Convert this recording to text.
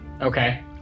Okay